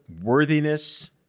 worthiness